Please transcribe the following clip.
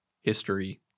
history